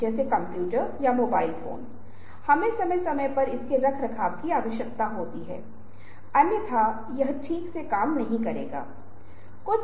आप मुझे computer monitor के माध्यम से देख रहे हैं अभी आप मुझे एक अंडाकार या एक गोलाकार फ्रेम के माध्यम से देख रहे हैं इसका वास्तव में क्या मतलब है